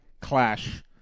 clash